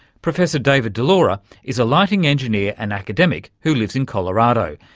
professor david dilaura is a lighting engineer and academic who lives in colorado.